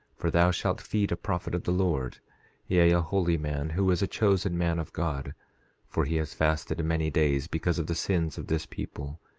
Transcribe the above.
for thou shalt feed a prophet of the lord yea, a holy man, who is a chosen man of god for he has fasted many days because of the sins of this people,